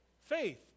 faith